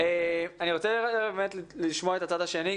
אני רוצה לשמוע את הצד השני.